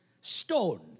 stone